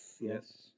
yes